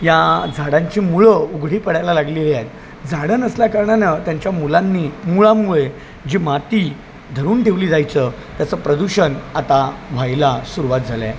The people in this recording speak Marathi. या झाडांची मुळं उघडी पडायला लागलेली आहेत झाडं नसल्याकारणानं त्यांच्या मुलांनी मुळामुळे जी माती धरून ठेवली जायचं त्याचं प्रदूषण आता व्हायला सुरुवात झालं आहे